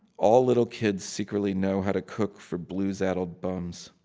all little kids secretly know how to cook for blues-addled bums.